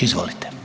Izvolite.